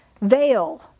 veil